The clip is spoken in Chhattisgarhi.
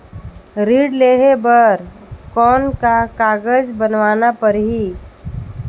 ऋण लेहे बर कौन का कागज बनवाना परही?